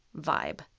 vibe